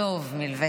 דב מלביצקי.